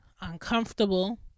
uncomfortable